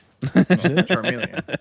Charmeleon